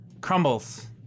crumbles